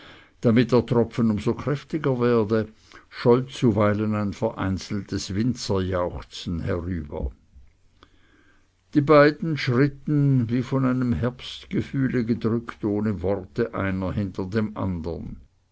damit der tropfen um so kräftiger werde scholl zuweilen ein vereinzeltes winzerjauchzen herüber die beiden schritten wie von einem herbstgefühle gedrückt ohne worte einer hinter dem andern